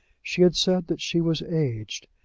she had said that she was aged,